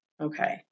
Okay